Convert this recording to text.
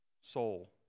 soul